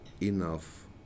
enough